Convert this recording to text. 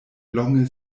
longe